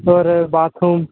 होर बाथरूम